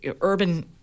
urban